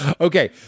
Okay